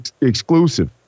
exclusive